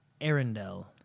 Arendelle